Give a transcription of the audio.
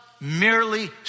merely